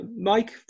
Mike